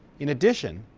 in addition,